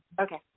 Okay